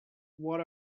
what